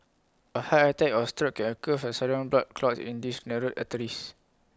A heart attack or stroke can occur from sudden blood clots in these narrowed arteries